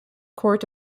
court